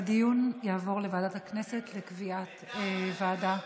הדיון יעבור לוועדת הכנסת לקביעת ועדה.